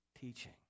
teaching